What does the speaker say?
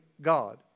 God